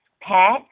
pet